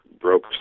broke